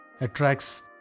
attracts